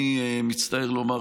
אני מצטער לומר,